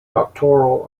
doctoral